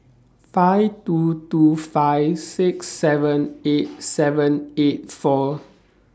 five two two five six seven eight seven eight four